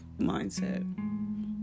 mindset